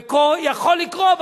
ויכול לקרות,